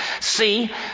See